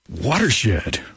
Watershed